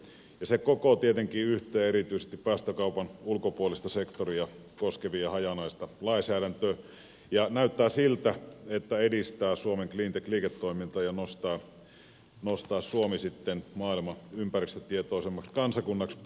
ja se kokoaa tietenkin yhteen erityisesti päästökaupan ulkopuolista sektoria koskevaa hajanaista lainsäädäntöä ja näyttää siltä että se edistää suomen cleantech liiketoimintaa ja nostaa suomen sitten maailman ympäristötietoisimmaksi kansakunnaksi